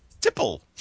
Tipple